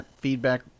feedback